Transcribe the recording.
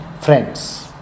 friends